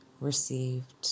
received